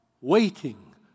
waiting